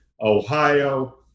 Ohio